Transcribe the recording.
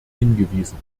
hingewiesen